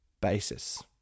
basis